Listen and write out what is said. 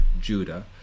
Judah